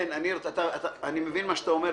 אני מבין מה שאתה אומר.